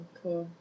cool